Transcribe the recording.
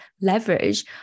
leverage